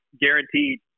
guaranteed